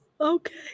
Okay